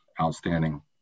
outstanding